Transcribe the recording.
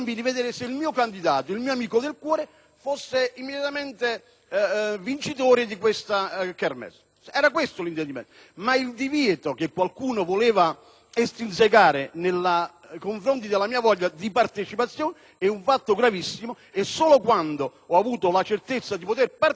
era il mio intendimento, ma il divieto che qualcuno voleva porre nei confronti della mia voglia di partecipazione è un fatto gravissimo e solo quando ho avuto la certezza di poter partecipare - per rispetto verso i colleghi che là dentro rappresentano il Senato e me in modo degno - ho preferito uscire.